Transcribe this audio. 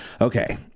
Okay